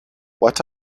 what